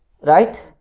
right